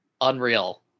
unreal